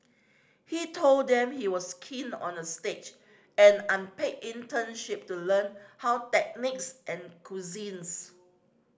he told them he was keen on a stage an unpaid internship to learn how techniques and cuisines